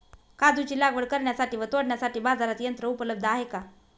काजूची लागवड करण्यासाठी व तोडण्यासाठी बाजारात यंत्र उपलब्ध आहे का?